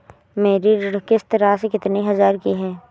मेरी ऋण किश्त राशि कितनी हजार की है?